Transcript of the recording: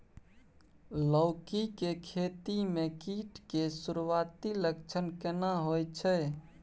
लौकी के खेती मे कीट के सुरूआती लक्षण केना होय छै?